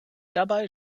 dabei